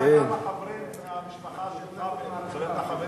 אתה יודע כמה חברים שלך מהמשפחה שלך ומהחברים